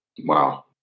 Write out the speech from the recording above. Wow